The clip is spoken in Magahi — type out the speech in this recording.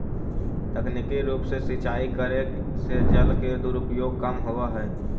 तकनीकी रूप से सिंचाई करे से जल के दुरुपयोग कम होवऽ हइ